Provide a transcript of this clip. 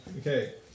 Okay